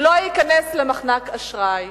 הוא לא ייכנס למחנק אשראי,